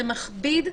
זה מכביד,